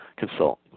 Consult